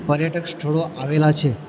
પર્યટક સ્થળો આવેલાં છે